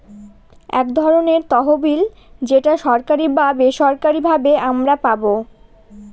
এক ধরনের তহবিল যেটা সরকারি বা বেসরকারি ভাবে আমারা পাবো